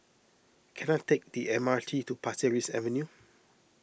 can I take the M R T to Pasir Ris Avenue